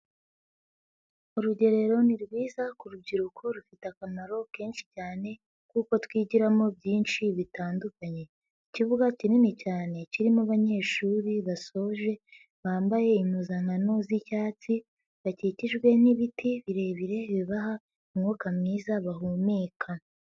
Urugerero ni rwiza ku rubyiruko rufite akamaro kenshi cyane kuko twigiramo byinshi bitandukanye. Ikibuga kinini cyane kirimo abanyeshuri basoje bambaye impuzankano z'icyatsi bakikijwe n'ibiti birebire bibaha umwuka mwiza bahumeka.